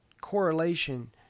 correlation